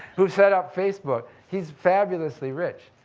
who set up facebook. he's fabulously rich.